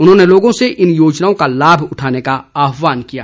उन्होंने लोगों से इन योजनाओं का लाभ उठाने का आहवान किया है